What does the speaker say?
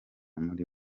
muri